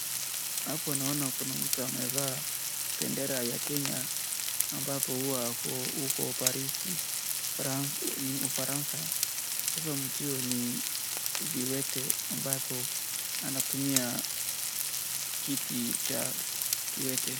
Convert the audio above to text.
Hapo naona kuna mtu amevaa bendera ya Kenya ambapo huwa ako huko Paris, ufaransa. Sasa mtu huyo ni viwete ambapo anatumia kiti cha kiwete.